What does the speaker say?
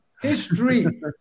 History